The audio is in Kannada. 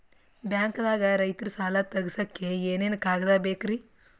ಬ್ಯಾಂಕ್ದಾಗ ರೈತರ ಸಾಲ ತಗ್ಸಕ್ಕೆ ಏನೇನ್ ಕಾಗ್ದ ಬೇಕ್ರಿ?